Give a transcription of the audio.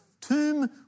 tomb